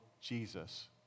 Jesus